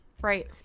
Right